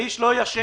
האיש לא ישן